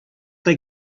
they